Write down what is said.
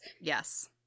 Yes